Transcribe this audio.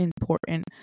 important